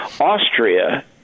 Austria